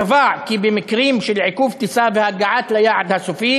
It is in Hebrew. קבע כי במקרים של עיכוב טיסה והגעה ליעד הסופי